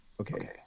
Okay